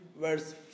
verse